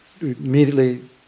immediately